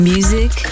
Music